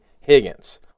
Higgins